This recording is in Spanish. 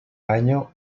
año